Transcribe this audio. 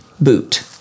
boot